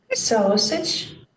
sausage